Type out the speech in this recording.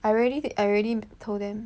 I already I already told them